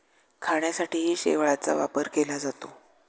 खाण्यासाठीही शेवाळाचा वापर केला जातो